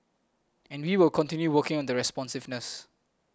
and we will continue working on the responsiveness